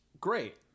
great